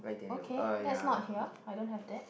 okay that's not here I don't have that